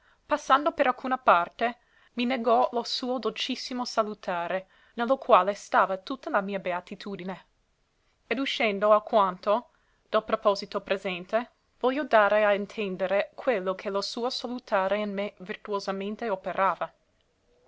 passando per alcuna parte mi negò lo suo dolcissimo salutare ne lo quale stava tutta la mia beatitudine ed uscendo alquanto del proposito presente voglio dare a intendere quello che lo suo salutare in me virtuosamente operava